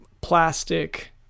plastic